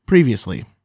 Previously